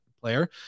player